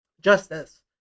justice